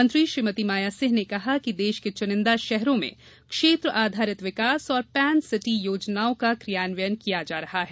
मंत्री श्रीमती माया सिंह ने कहा कि देश के चुनिंदा शहरों में क्षेत्र आधारित विकास और पेन सिटी योजनाओं का क्रियान्वयन किया जा रहा है